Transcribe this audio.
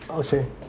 ah okay